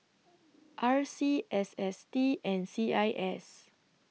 R C S S T and C I S